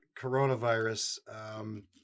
coronavirus